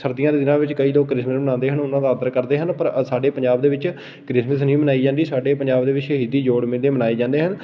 ਸਰਦੀਆਂ ਦੇ ਦਿਨਾਂ ਵਿੱਚ ਕਈ ਲੋਕ ਕ੍ਰਿਸਮਿਸ ਮਨਾਉਂਦੇ ਹਨ ਉਹਨਾਂ ਦਾ ਆਦਰ ਕਰਦੇ ਹਨ ਪਰ ਸਾਡੇ ਪੰਜਾਬ ਦੇ ਵਿੱਚ ਕ੍ਰਿਸਮਸ ਨਹੀਂ ਮਨਾਈ ਜਾਂਦੀ ਸਾਡੇ ਪੰਜਾਬ ਦੇ ਵਿੱਚ ਸ਼ਹੀਦੀ ਜੋੜ ਮੇਲੇ ਮਨਾਏ ਜਾਂਦੇ ਹਨ